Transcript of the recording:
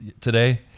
today